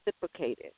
reciprocated